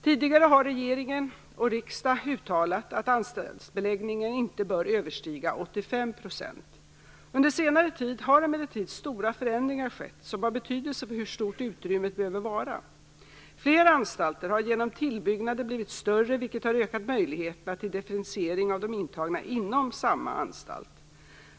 Tidigare har regering och riksdag uttalat att anstaltsbeläggningen inte bör överstiga 85 %. Under senare tid har emellertid stora förändringar skett som haft betydelse för hur stort utrymmet behöver vara. Flera anstalter har genom tillbyggnader blivit större, vilket har ökat möjligheterna till differentiering av de intagna inom samma anstalt.